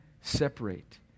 separate